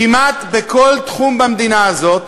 כמעט בכל תחום במדינה הזאת